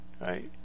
Right